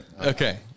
Okay